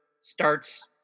starts